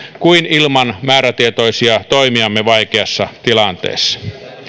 kuin ilman määrätietoisia toimiamme vaikeassa tilanteessa